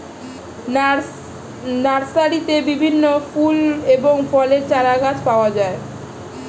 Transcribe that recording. নার্সারিতে বিভিন্ন ফুল এবং ফলের চারাগাছ পাওয়া যায়